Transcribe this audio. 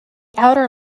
outer